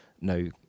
no